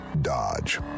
Dodge